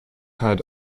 had